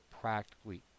practically